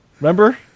remember